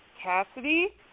Cassidy